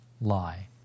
lie